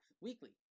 weekly